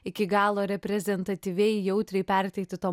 iki galo reprezentatyviai jautriai perteikti to